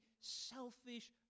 selfish